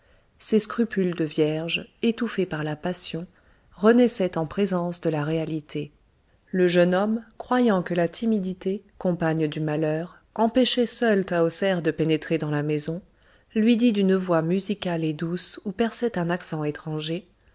ses scrupules de vierge étouffés par la passion renaissaient en présence de la réalité le jeune homme croyant que la timidité compagne du malheur empêchait seule tahoser de pénétrer dans la maison lui dit d'une voix musicale et douce où perçait un accent étranger